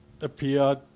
appeared